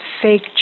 fake